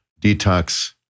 detox